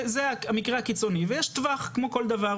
זה המקרה הקיצוני, ויש טווח כמו בכל דבר.